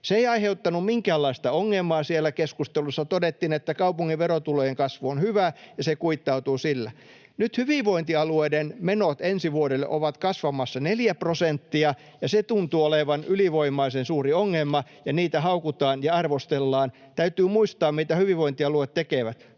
Se ei aiheuttanut minkäänlaista ongelmaa siellä keskustelussa. Todettiin, että kaupungin verotulojen kasvu on hyvä ja se kuittautuu sillä. Nyt hyvinvointialueiden menot ensi vuodelle ovat kasvamassa neljä prosenttia, ja se tuntuu olevan ylivoimaisen suuri ongelma, ja niitä haukutaan ja arvostellaan. Täytyy muistaa, mitä hyvinvointialueet tekevät: